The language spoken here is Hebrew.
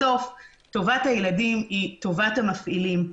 בסוף, טובת הילדים היא טובת המפעילים.